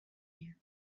here